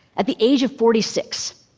at the age of forty six.